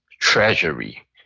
treasury